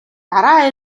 дараа